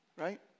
right